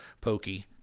pokey